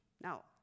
Now